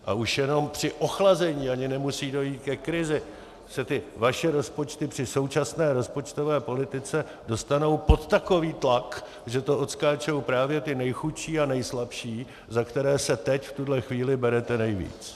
A už jenom při ochlazení, ani nemusí dojít ke krizi, se ty vaše rozpočty při současné rozpočtové politice dostanou pod takový tlak, že to odskáčou právě ti nejchudší a nejslabší, za které se teď v téhle chvíli berete nejvíc.